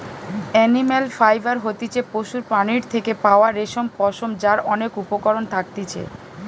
animal fibre হতিছে পশুর প্রাণীর থেকে পাওয়া রেশম, পশম যার অনেক উপকরণ থাকতিছে